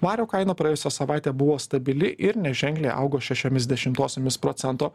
vario kaina praėjusią savaitę buvo stabili ir neženkliai augo šešiomis dešimtosiomis procento